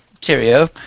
Cheerio